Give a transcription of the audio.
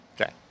okay